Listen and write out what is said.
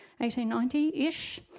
1890-ish